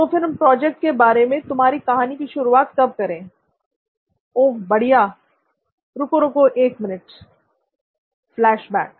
तो फिर हम प्रोजेक्ट के बारे में तुम्हारी कहानी की शुरुआत कब करें ओ बहुत बढ़िया रुको रुको एक मिनट फ्लैशबैक